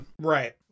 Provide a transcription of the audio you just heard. Right